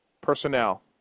personnel